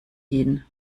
hin